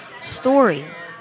stories